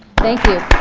thank you.